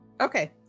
Okay